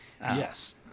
Yes